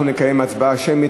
אנחנו נקיים הצבעה שמית,